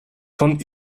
von